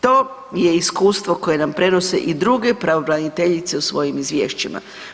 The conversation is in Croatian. To je iskustvo koje nam prenose i druge pravobraniteljice u svojim izvješćima.